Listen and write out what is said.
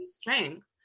strength